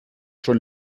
schon